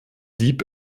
dieb